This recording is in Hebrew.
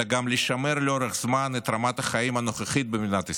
אלא גם לשמר לאורך זמן את רמת החיים הנוכחית במדינת ישראל.